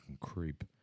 creep